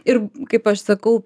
ir kaip aš sakau